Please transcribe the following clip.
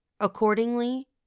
Accordingly